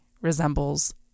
resembles